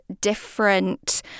different